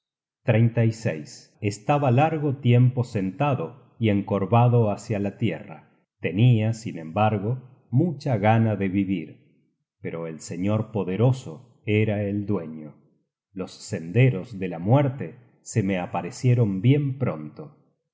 estaba largo tiempo sentado y encorvado hácia la tierra tenia sin embargo mucha gana de vivir pero el señor poderoso era el dueño los senderos de la muerte se me aparecieron bien pronto